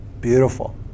beautiful